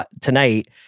tonight